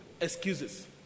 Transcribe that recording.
Excuses